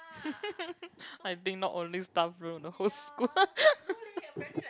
I think not only staff room the whole school